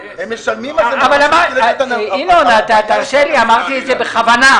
הם משלמים --- תרשה לי, אמרתי את זה בכוונה.